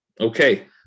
Okay